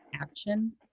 action